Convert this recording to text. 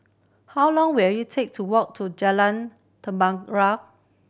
how long will it take to walk to Jalan